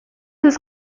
sus